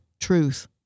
truth